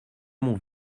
mon